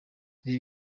reba